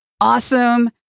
awesome